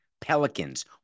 Pelicans